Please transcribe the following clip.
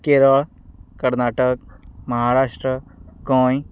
Kerala Karnataka Maharashtra Goa